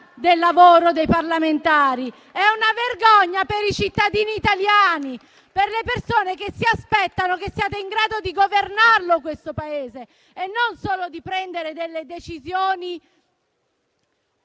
del lavoro dei parlamentari, ma per i cittadini italiani, per le persone che si aspettano che siate in grado di governarlo, questo Paese, e non solo di prendere delle decisioni